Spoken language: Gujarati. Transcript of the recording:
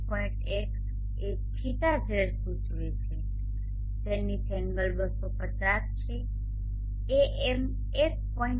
1 એ θz સૂચવે છે ઝેનિથ એંગલ 250 છે AM1